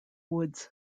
woods